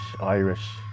Irish